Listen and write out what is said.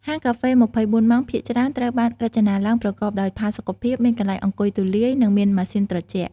ហាងកាហ្វេ ២៤ ម៉ោងភាគច្រើនត្រូវបានរចនាឡើងប្រកបដោយ ផាសុកភាព មានកន្លែងអង្គុយទូលាយ និងមាន ម៉ាស៊ីនត្រជាក់។